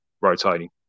rotating